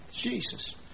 Jesus